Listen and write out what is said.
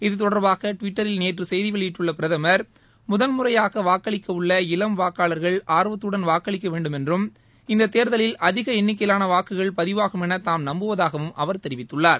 இது தொடர்பாக டிவிட்டரில் நேற்று செய்தி வெளியிட்டுள்ள பிரதமர் முதல் முறையாக வாக்களிக்க உள்ள இளம் வாக்காளா்கள் ஆர்வத்துடன் வாக்களிக்க வேண்டுமென்றும் இந்தத் தேர்தலில் அதிக எண்ணிகையிலான வாக்குகள் பதிவாகுமென தாம் நம்புவதாகவும் அவர் தெரிவித்துள்ளார்